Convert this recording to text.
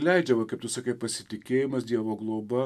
leidžiama kaip tu sakai pasitikėjimas dievo globa